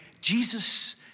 Jesus